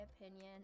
opinion